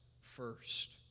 first